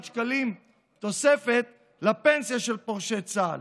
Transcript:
שקלים תוספת לפנסיה של פורשי צה"ל.